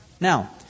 Now